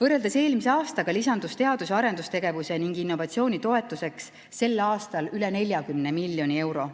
Võrreldes eelmise aastaga lisandus teadus‑ ja arendustegevuse ning innovatsiooni toetuseks sel aastal üle 40 miljoni euro.